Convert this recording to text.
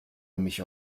mich